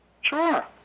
Sure